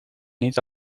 niet